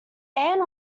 anne